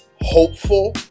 hopeful